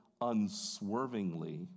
unswervingly